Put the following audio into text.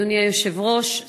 אדוני היושב-ראש,